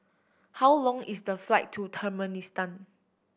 how long is the flight to Turkmenistan